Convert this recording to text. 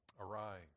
Arise